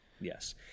Yes